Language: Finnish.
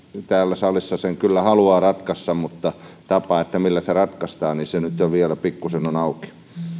täällä salissa sen kyllä haluavat ratkaista mutta tapa millä se ratkaistaan nyt vielä pikkuisen on auki